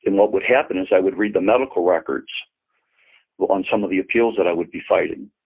and what would happen is i would read the medical records on some of the appeals that i would be fighting.